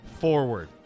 forward